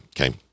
Okay